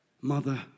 mother